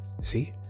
see